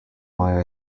why